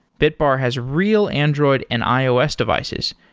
bitbar has real android and ios devices,